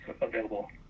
available